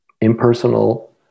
impersonal